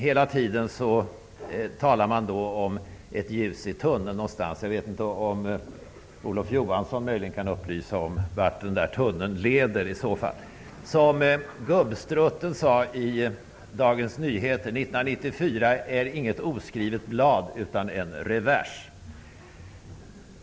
Hela tiden talas om ett ljus i tunneln. Möjligen kan Olof Johansson upplysa om vart den tunneln leder. Som Gubbstrutten sade i DN: 1994 är inget oskrivet blad, utan en revers.